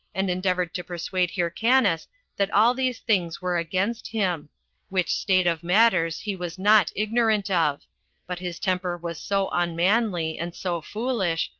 and endeavored to persuade hyrcanus that all these things were against him which state of matters he was not ignorant of but his temper was so unmanly, and so foolish,